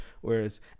Whereas